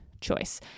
choice